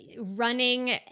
running